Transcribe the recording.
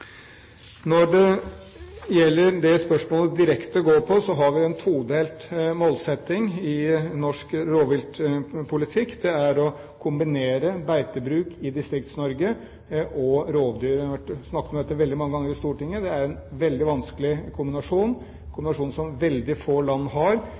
spørsmålet direkte går på, har vi en todelt målsetting i norsk rovviltpolitikk. Det er å kombinere beitebruk i Distrikts-Norge og rovdyr. Jeg har snakket om dette veldig mange ganger i Stortinget. Det er en veldig vanskelig kombinasjon – en kombinasjon som veldig få land har.